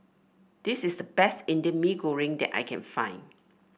this is the best Indian Mee Goreng that I can find